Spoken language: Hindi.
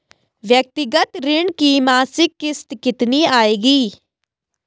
व्यक्तिगत ऋण की मासिक किश्त कितनी आएगी?